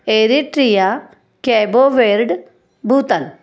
Eritrea Cabo Verde Bhutan